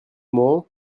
mohan